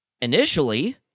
initially